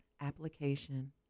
application